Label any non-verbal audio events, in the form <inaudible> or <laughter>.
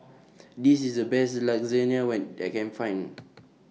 This IS The Best <unintelligible> when that I Can Find